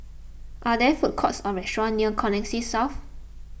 are there food courts or restaurants near Connexis South